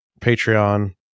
patreon